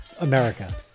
America